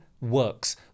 works